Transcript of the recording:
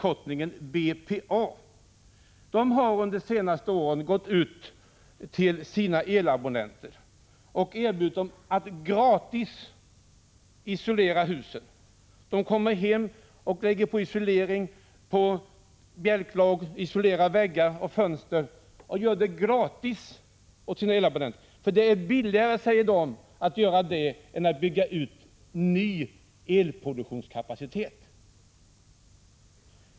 Detta bolag har under de senaste åren erbjudit sina elabonnenter att gratis isolera husen. Bolagets anställda kommer hem till elabonnenterna och lägger på isolering på bjälklag och isolerar väggar och fönster. Detta görs gratis. Enligt bolaget är det nämligen billigare att isolera husen än att bygga ut ny elproduktionskapacitet.